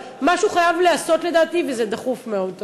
אבל משהו חייב להיעשות לדעתי, וזה דחוף מאוד.